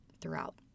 throughout